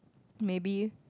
maybe